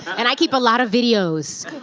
and i keep a lot of videos.